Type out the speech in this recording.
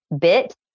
bit